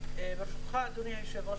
ברשותך אדוני היושב-ראש,